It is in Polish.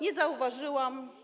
Nie zauważyłam.